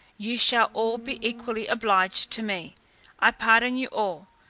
you shall all be equally obliged to me i pardon you all,